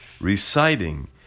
reciting